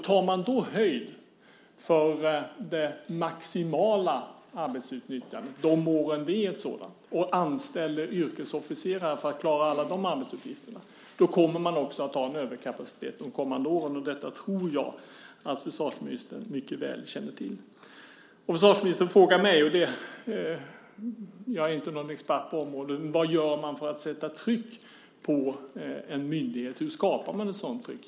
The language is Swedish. Tar man då höjd för det maximala arbetsutnyttjandet de år det är ett sådant och anställer yrkesofficerare för att klara alla de arbetsuppgifterna kommer man att ha en överkapacitet de kommande åren. Detta tror jag att försvarsministern mycket väl känner till. Försvarsministern frågar mig - jag är inte någon expert på området - vad man gör för att sätta tryck på en myndighet, hur man skapar ett sådant tryck.